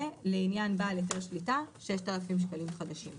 לעניין בעל רישיון למתן שירותי פיקדון ואשראי,